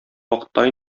вакытта